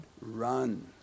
run